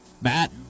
Matt